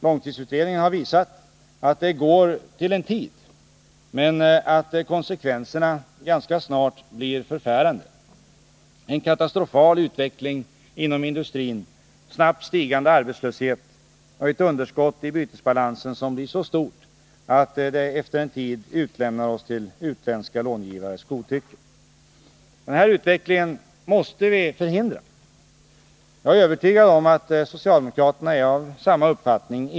Långtidsutredningen har visat att det går till en tid men att konsekvenserna ganska snart blir förfärande: en katastrofal utveckling inom industrin, snabbt stigande arbetslöshet och ett underskott i bytesbalansen som blir så stort att det efter en tid utlämnar oss till utländska långivares godtycke. Den här utvecklingen måste vi förhindra. Jag är övertygad om att socialdemokraterna egentligen är av samma uppfattning.